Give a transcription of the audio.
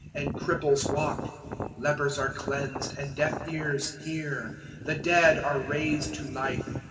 and cripples walk lepers are cleansed, and deaf ears hear the dead are raised to life,